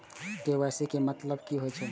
KYC के मतलब कि होई छै?